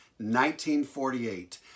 1948